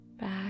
back